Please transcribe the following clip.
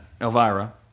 Elvira